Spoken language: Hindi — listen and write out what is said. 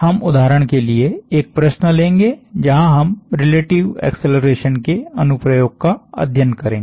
हम उदहारण के लिए एक प्रश्न लेंगे जहां हम रिलेटिव एक्सेलरेशन के अनुप्रयोग का अध्ययन करेंगे